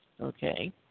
okay